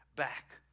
back